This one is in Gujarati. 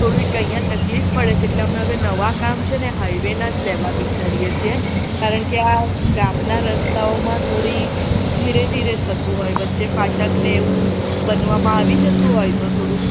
થોડીક અહીં તકલીફ પડે છે એટલે અમે હવે નવા કામ છે ને હાઇ વે ના જ લેવા વિચારીએ છીએ કારણ કે આ ગામના રસ્તાઓમાં થોડી ધીરે ધીરે થતું હોય વચ્ચે ફાટકને એવું બનવામાં આવી જતું હોય તો થોડું